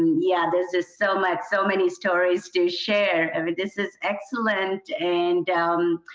yeah, this is so much so many stories to share. and this is excellent. and um,